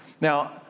Now